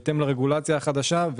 בהתאם לרגולציה החדשה,